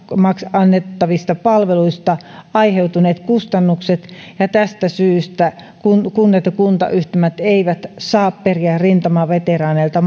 annettavista palveluista aiheutuneet kustannukset ja tästä syystä kunnat kunnat ja kuntayhtymät eivät saa periä rintamaveteraaneilta